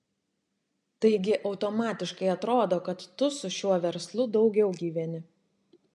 taigi automatiškai atrodo kad tu su šiuo verslu daugiau gyveni